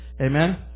Amen